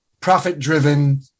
profit-driven